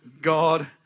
God